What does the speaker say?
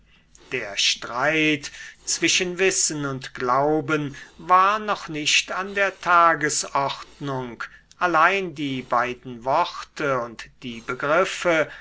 der streit zwischen wissen und glauben war noch nicht an der tagesordnung allein die beiden worte und die begriffe